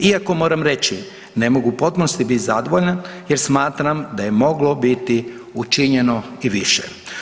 Iako moram reći ne mogu u potpunosti biti zadovoljan jer smatram da je moglo biti učinjeno i više.